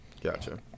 gotcha